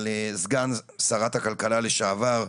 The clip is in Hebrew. על סגן שרת הכלכלה לשעבר,